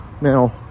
Now